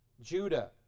Judah